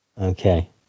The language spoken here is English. Okay